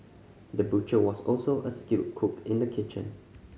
the butcher was also a skilled cook in the kitchen